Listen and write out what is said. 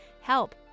Help